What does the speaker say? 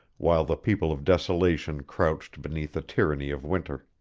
while the people of desolation crouched beneath the tyranny of winter.